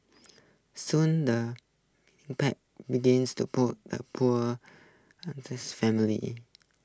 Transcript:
soon the pack begans to poor A poor family